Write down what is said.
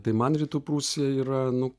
tai man rytų prūsija yra nu